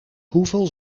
hoeveel